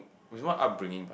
which one upbringing bah